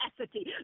capacity